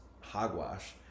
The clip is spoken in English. hogwash